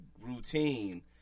routine